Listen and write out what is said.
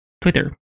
Twitter